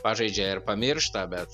pažaidžia ir pamiršta bet